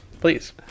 Please